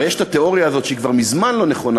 הרי יש התיאוריה הזו שהיא כבר מזמן לא נכונה,